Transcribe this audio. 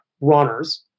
runners